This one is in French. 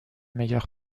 meilleure